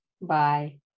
Bye